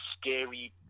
scary